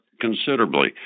considerably